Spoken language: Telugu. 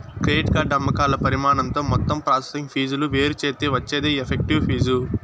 క్రెడిట్ కార్డు అమ్మకాల పరిమాణంతో మొత్తం ప్రాసెసింగ్ ఫీజులు వేరుచేత్తే వచ్చేదే ఎఫెక్టివ్ ఫీజు